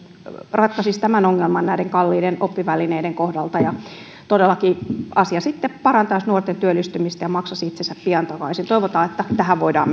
ratkaisisi tämän ongelman näiden kalliiden oppivälineiden kohdalta ja asia sitten parantaisi nuorten työllistymistä ja maksaisi itsensä pian takaisin toivotaan että tähän voidaan